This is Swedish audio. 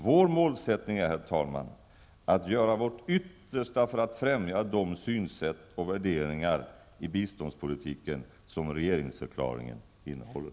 Vår målsättning är, herr talman, att göra vårt yttersta för att främja de synsätt och värderingar i biståndspolitiken som regeringsförklaringen innehåller.